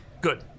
Good